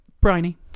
Briny